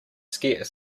scarce